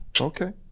Okay